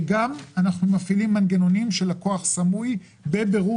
אנחנו מפעילים מנגנונים של לקוח סמוי בבירור